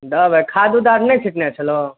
दऽ वएह खाद ताद नहि छिटने छलहो